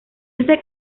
este